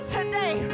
today